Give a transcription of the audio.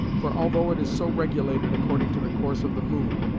for although it is so regulated according to the course of the moon,